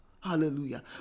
Hallelujah